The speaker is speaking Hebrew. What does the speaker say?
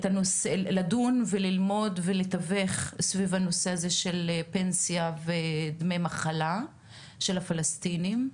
לדון וללמוד ולתווך סביב הנושא הזה של פנסיה ודמי מחלה של הפלסטינים.